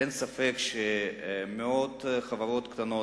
אין ספק שמאות חברות קטנות,